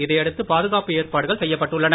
இதையடுத்து பாதுகாப்பு ஏற்பாடுகள் செய்யப்பட்டுள்ளன